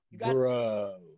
Bro